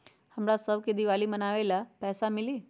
हमरा शव के दिवाली मनावेला पैसा मिली?